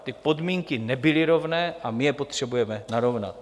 Ty podmínky nebyly rovné a my je potřebujeme narovnat.